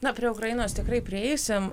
na prie ukrainos tikrai prieisim